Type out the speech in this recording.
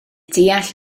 deall